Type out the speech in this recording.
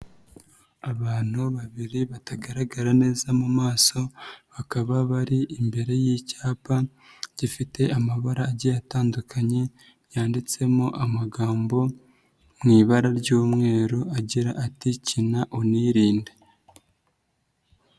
Abantu babiri batagaragara neza mu maso bakaba bari imbere y'icyapa gifite amabara agiye atandukanye yanditsemo amagambo mu ibara ry'umweru agira ati: "Kina unirinde."